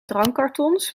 drankkartons